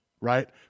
right